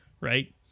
right